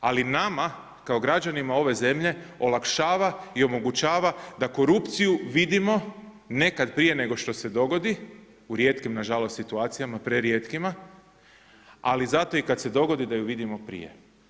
Ali nama kao građanima ove zemlje olakšava i omogućava da korupciju vidimo nekad prije nego što se dogodi, u rijetkim nažalost situacijama, prerijetkima, ali zato i kad se dogodi da ju vidimo prije.